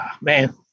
Man